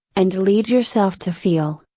and lead yourself to feel,